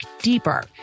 deeper